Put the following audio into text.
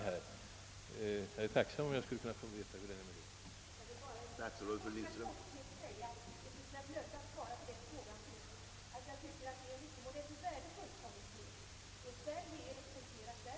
Jag vore tacksam om jag kunde få veta hur det förhåller sig med denna kommitté.